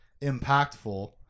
impactful